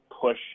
push